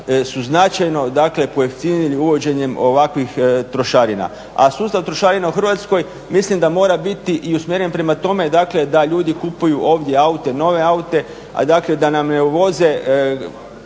su značajno, dakle pojeftinili uvođenjem ovakvih trošarina. A sustav trošarina u Hrvatskoj mislim da mora biti usmjeren prema tome da ljudi kupuju ovdje aute, nove aute, da nam ne uvoze